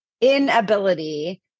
inability